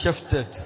shifted